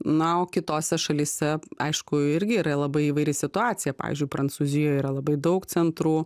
na o kitose šalyse aišku irgi yra labai įvairi situacija pavyzdžiui prancūzijoj yra labai daug centrų